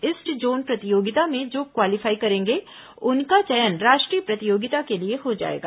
east zone प्रतियोगिता में जो क्वालीफाई करेंगे उनका चयन राष्ट्रीय प्रतियोगिता के लिए हो जाएगा